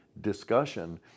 discussion